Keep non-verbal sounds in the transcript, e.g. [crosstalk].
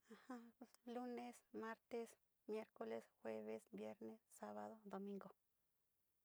[laughs] lunes, martes, miércoles, jueves, viernes, sábado, domingo.